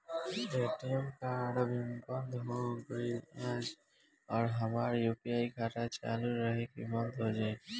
ATM card अभी बंद हो गईल आज और हमार यू.पी.आई खाता चालू रही की बन्द हो जाई?